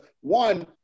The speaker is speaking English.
one